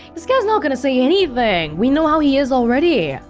this guy's not gonna say anything. we know how he is already